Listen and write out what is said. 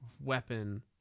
weapon